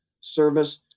service